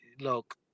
look